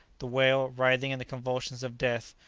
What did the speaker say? the whale, writhing in the convulsions of death,